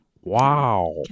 Wow